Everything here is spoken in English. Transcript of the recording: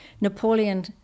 Napoleon